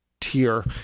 tier